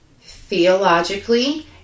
theologically